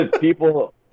People